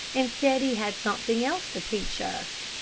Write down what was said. and said he had something else to teach us.